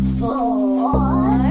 four